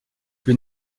plus